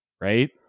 right